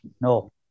No